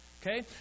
Okay